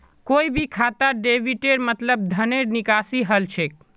कोई भी खातात डेबिटेर मतलब धनेर निकासी हल छेक